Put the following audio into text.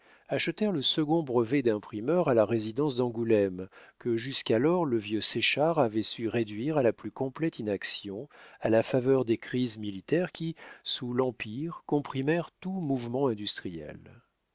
achetèrent le second brevet d'imprimeur à la résidence d'angoulême que jusqu'alors le vieux séchard avait su réduire à la plus complète inaction à la faveur des crises militaires qui sous l'empire comprimèrent tout mouvement industriel